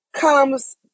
comes